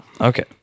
okay